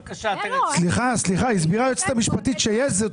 סליחה, הסבירה היועצת המשפטית שיש.